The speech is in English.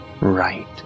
right